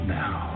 now